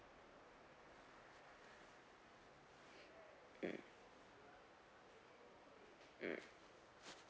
mm mm